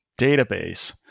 database